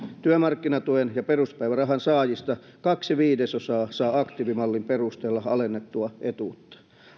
työmarkkinatuen ja peruspäivärahan saajista kaksi viidesosaa saa aktiivimallin perusteella alennettua etuutta